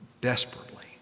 desperately